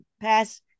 pass